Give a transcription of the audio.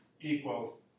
equal